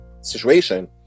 situation